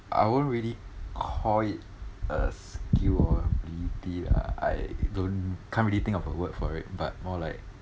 I won't really call it a skill or ability ah I don't can't really think of a word for it but more like